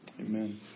Amen